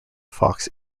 fox